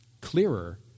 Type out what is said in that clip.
clearer